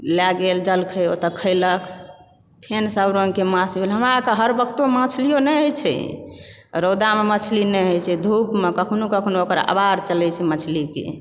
लय गेल जलखै ओतए खैलक फेर सभ रङ्गके माछ भेल हमरा आरके हर वक्तो मछली नहि होइत छै रौदामे मछली नहि होइत छै धूपमे कखनो कखनो ओकर अवार चलै छै मछलीके